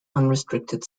unrestricted